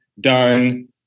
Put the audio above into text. done